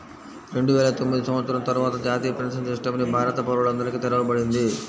రెండువేల తొమ్మిది సంవత్సరం తర్వాత జాతీయ పెన్షన్ సిస్టమ్ ని భారత పౌరులందరికీ తెరవబడింది